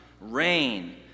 rain